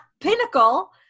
pinnacle